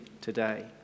today